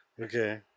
Okay